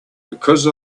because